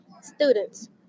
Students